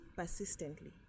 persistently